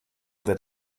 that